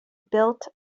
built